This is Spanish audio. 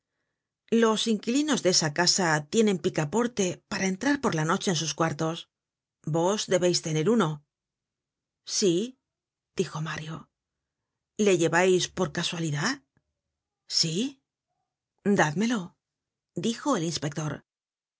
los inquilinos de esa casa tienen picaporte para entrar por la noche en sus cuartos vos debeis tener uno sí dijo mario le llevais por casualidad sí dádmelo dijo el inspector